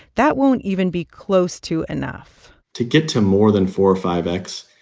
that won't even be close to enough to get to more than four or five x,